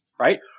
right